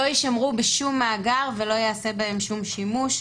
לא יישמרו בשום מאגר ולא ייעשה בהם שום שימוש,